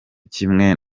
kimwe